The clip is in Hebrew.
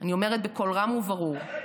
אני אומרת בקול רם וברור: